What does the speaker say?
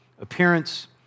appearance